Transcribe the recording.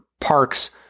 parks